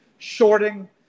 shorting